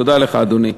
תודה לך, אדוני.